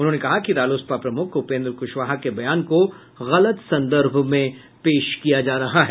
उन्होंने कहा कि रालोसपा प्रमुख उपेन्द्र क्शवाहा के बयान को गलत संदर्भ में पेश किया जा रहा है